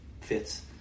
fits